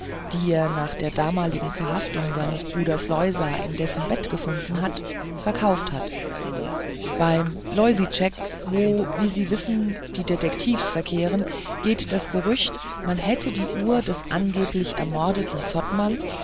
die er nach der damaligen verhaftung seines bruders loisa in dessen bett gefunden hatte verkauft hat beim loisitschek wo wie sie wissen die detektivs verkehren geht das gerücht man hätte die uhr des angeblich ermordeten